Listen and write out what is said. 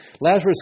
Lazarus